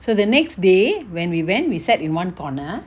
so the next day when we went we sat in one corner